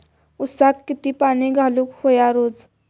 ऊसाक किती पाणी घालूक व्हया रोज?